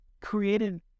created